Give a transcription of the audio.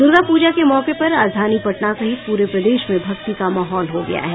दुर्गा पूजा के मौके पर राजधानी पटना सहित पूरे प्रदेश में भक्ति का माहौल हो गया है